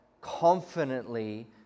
confidently